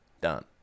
done